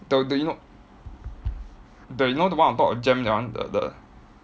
the the you know the you know the one on top of JEM that one the the